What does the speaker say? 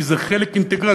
כי זה חלק אינטגרלי,